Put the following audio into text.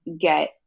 get